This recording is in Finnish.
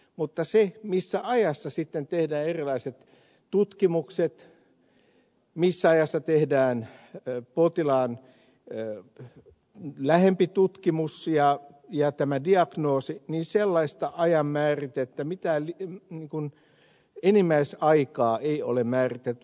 mutta missä ajassa tehdään erilaiset tutkimukset missä ajassa tehdään potilaan lähempi tutkimus ja diagnoosi sellaista ajan määritettä mitään enimmäisaikaa ei ole määritelty